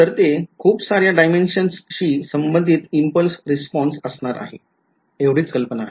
तर ते खूप साऱ्या dimensions शी संबंधीत इम्पल्स रिस्पॉन्स असणार आहे एवढीच कल्पना आहे